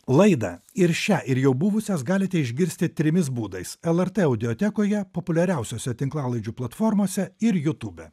laidą ir šią ir jau buvusias galite išgirsti trimis būdais lrt audiotekoje populiariausiose tinklalaidžių platformose ir jutube